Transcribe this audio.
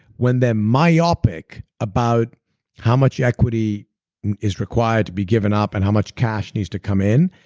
when they're myopic about how much equity is required to be given up and how much cash needs to come in,